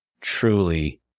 truly